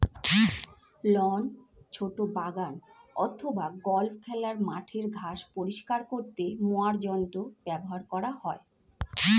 loan, ছোট বাগান অথবা গল্ফ খেলার মাঠের ঘাস পরিষ্কার করতে মোয়ার যন্ত্র ব্যবহার করা হয়